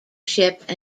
ship